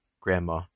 Grandma